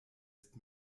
ist